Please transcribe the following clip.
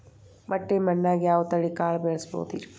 ಮಟ್ಟಿ ಮಣ್ಣಾಗ್, ಯಾವ ತಳಿ ಕಾಳ ಬೆಳ್ಸಬೋದು?